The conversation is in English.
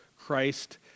Christ